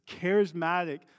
charismatic